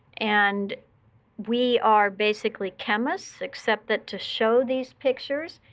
and we are basically chemists except that, to show these pictures,